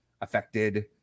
affected